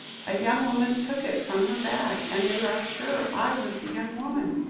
a young woman took it from her bag and they are sure i was the young woman.